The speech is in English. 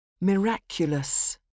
Miraculous